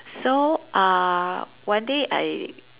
so uh one day I